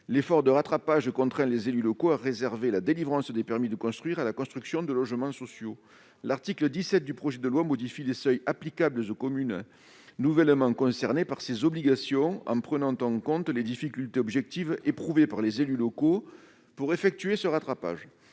L'effort de rattrapage contraint les élus locaux à réserver la délivrance des permis de construire à la construction de logements sociaux. L'article 17 du projet de loi modifie les seuils applicables aux communes nouvellement concernées par ces obligations, en prenant en compte les difficultés objectives éprouvées par les élus locaux pour effectuer ce rattrapage.